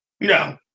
No